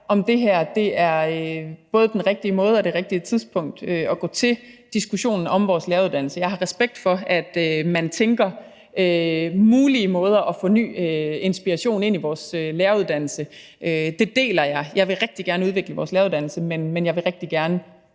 om det her er både den rigtige måde og det rigtige tidspunkt at gå til diskussionen om vores læreruddannelse på. Jeg har respekt for, at man tænker over mulige måder at få ny inspiration ind i vores læreruddannelse på. Det deler jeg – jeg vil rigtig gerne udvikle vores læreruddannelse. Men jeg vil rigtig gerne